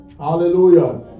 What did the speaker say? hallelujah